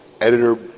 editor